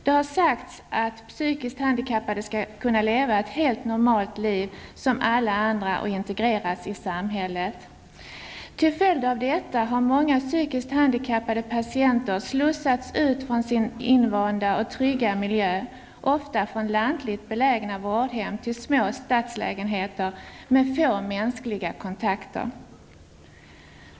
Det har sagts att psykiskt handikappade skall kunna leva ett helt normalt liv som alla andra och integreras i samhället. Till följd av detta har många psykiskt handikappade patienter slussats ut från sin invanda och trygga miljö, ofta från lantligt belägna vårdhem till små stadslägenheter med få mänskliga kontakter.